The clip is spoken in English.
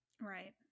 Right